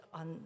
on